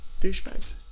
douchebags